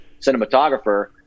cinematographer